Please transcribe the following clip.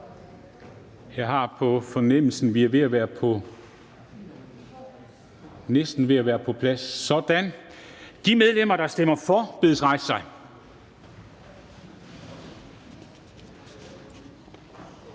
Jeg har på fornemmelsen, at man er ved at være på plads. Sådan. De medlemmer, der stemmer for, bedes rejse sig.